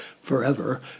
forever